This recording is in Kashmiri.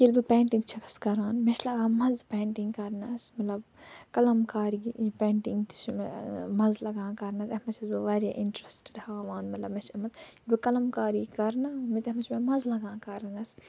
ییٚلہِ بہٕ پینٹِنٛگ چھَس کَران مےٚ چھِ لَگان مَزٕ پینٹِنٛگ کَرنَس مَطلَب قلم کاری یہِ پینٹِنٛگ تہِ چھِ مےٚ مَزٕ لگان کَرنَس اَتھ مَنٛز چھَس بہٕ واریاہ اِنٹرٛسٹٕڈ ہاوان مَطلَب مےٚ چھِ ییٚلہِ بہٕ قلم کاری کَرٕ نَہ تَتھ مےٚ چھِ مَزٕ لَگان کَرنَس